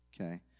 okay